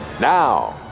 now